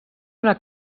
una